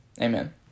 Amen